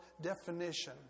definition